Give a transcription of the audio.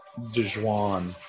Dejuan